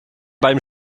beim